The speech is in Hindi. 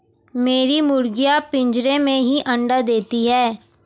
मेरी मुर्गियां पिंजरे में ही अंडा देती हैं